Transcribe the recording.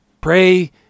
Pray